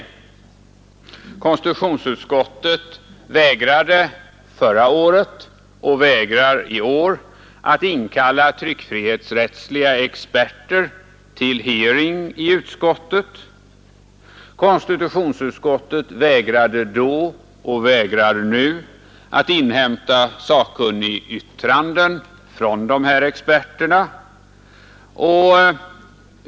Konstitutionsutskottet vägrade förra året och vägrar i år att inkalla tryckfrihetsrättsliga experter till hearing i utskottet. Konstitutionsutskottet vägrade då och vägrar nu att inhämta sakkunnigyttranden från dessa experter.